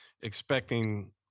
expecting